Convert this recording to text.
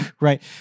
right